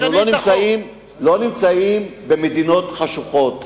אנחנו לא נמצאים במדינות חשוכות.